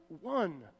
one